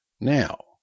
Now